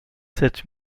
sept